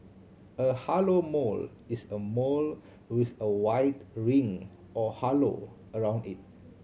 a halo mole is a mole with a white ring or halo around it